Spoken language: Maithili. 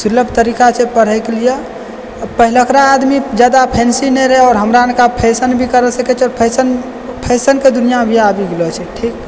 सुलभ तरीका छै पढ़ैके लिए पहिले ओकरा आदमी जादा फैन्सी नहि रहै आओर हमरा अनके आब फैशन भी करै सकै छियै फैशन फैशनके भी दुनिआ आबि गेलौ छै ठीक